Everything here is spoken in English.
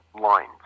lines